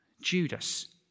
Judas